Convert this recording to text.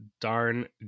darn